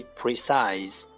precise，